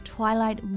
Twilight